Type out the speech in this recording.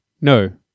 No